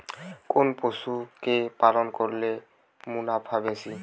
কোন পশু কে পালন করলে মুনাফা বেশি?